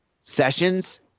sessions